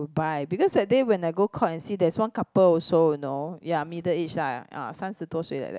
buy because that day when I go Courts and see there's one couple also you know ya middle age ah 三十多岁 like that